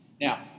Now